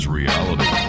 reality